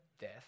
death